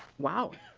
wow!